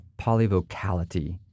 polyvocality